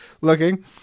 looking